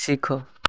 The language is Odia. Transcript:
ଶିଖ